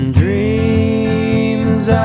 dreams